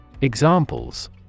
Examples